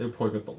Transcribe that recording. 会破一个洞